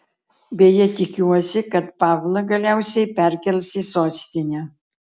beje tikiuosi kad pavlą galiausiai perkels į sostinę